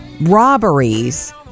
robberies